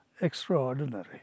extraordinary